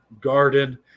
Garden